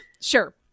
Sure